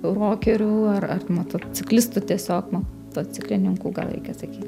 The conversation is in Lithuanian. rokerių ar ar motociklistų tiesiog motociklininkų gal reikia sakyt